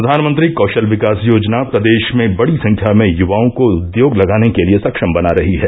प्रधानमंत्री कौशल विकास योजना प्रदेश में बड़ी संख्या में युवाओं को उद्योग लगाने के लिए सक्षम बना रही है